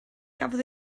gafodd